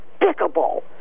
despicable